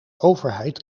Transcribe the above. overheid